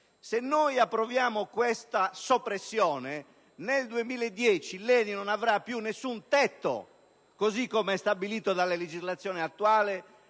Se noi approviamo questa soppressione, nel 2010 l'ENI non avrà più alcun tetto così com'è stabilito dalla legislazione attuale